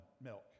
milk